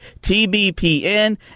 TBPN